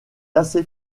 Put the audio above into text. assez